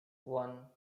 one